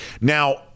now